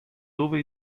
dove